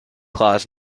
claus